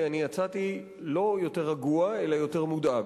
יצאתי לא יותר רגוע אלא יותר מודאג,